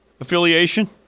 affiliation